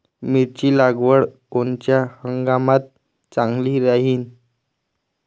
मिरची लागवड कोनच्या हंगामात चांगली राहीन?